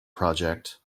project